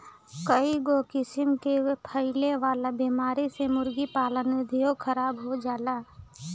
कईगो किसिम कअ फैले वाला बीमारी से मुर्गी पालन उद्योग खराब हो जाला